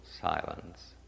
silence